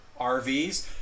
RVs